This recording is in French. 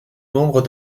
membre